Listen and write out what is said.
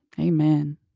Amen